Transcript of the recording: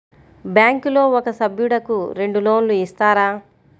బ్యాంకులో ఒక సభ్యుడకు రెండు లోన్లు ఇస్తారా?